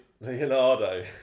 Leonardo